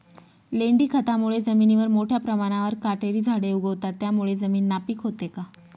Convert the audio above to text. लेंडी खतामुळे जमिनीवर मोठ्या प्रमाणावर काटेरी झाडे उगवतात, त्यामुळे जमीन नापीक होते का?